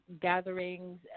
gatherings